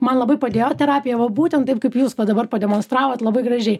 man labai padėjo terapija va būtent taip kaip jūs va dabar pademonstravot labai gražiai